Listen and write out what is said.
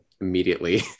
immediately